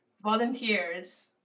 volunteers